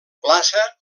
plaça